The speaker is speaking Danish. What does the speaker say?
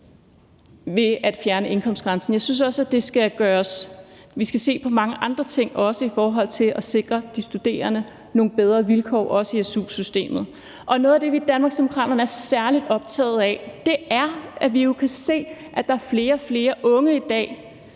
ved at fjerne indkomstgrænsen. Jeg synes også, vi skal se på mange andre ting i forhold til at sikre de studerende nogle bedre vilkår, også i su-systemet. Og noget af det, vi i Danmarksdemokraterne er særlig optaget af, er, at vi jo kan se, at der er flere og flere unge i dag,